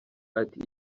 ati